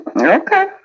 Okay